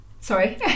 sorry